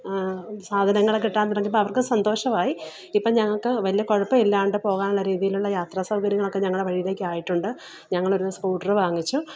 സാധനങ്ങൾ കിട്ടാന് തുടങ്ങിയപ്പം അവര്ക്കും സന്തോഷമായി ഇപ്പം ഞങ്ങൾക്ക് വലിയ കുഴപ്പമില്ലാണ്ട് പോവാനുള്ള രീതിയിലുള്ള യാത്രാസൗകര്യങ്ങളൊക്കെ ഞങ്ങളെ വഴിയിലേക്കായിട്ടുണ്ട് ഞങ്ങളൊരു സ്കൂട്ടറ് വാങ്ങിച്ചു